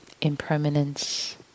impermanence